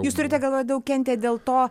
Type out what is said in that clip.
jūs turite galvoje daug kentė dėl to